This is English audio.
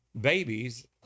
Babies